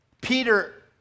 Peter